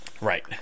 Right